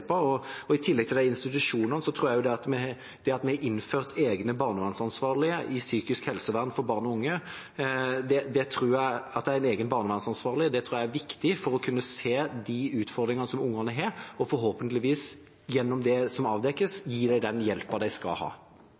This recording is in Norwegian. I tillegg til institusjoner tror jeg at det at vi har innført egne barnevernsansvarlige innen psykisk helsevern for barn og unge, er viktig for å kunne se de utfordringene ungene har, og forhåpentligvis, gjennom det som avdekkes, gi dem den hjelpen de skal ha.